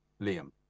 Liam